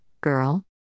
girl